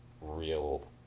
real